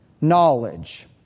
knowledge